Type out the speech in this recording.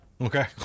okay